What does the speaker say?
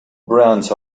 brands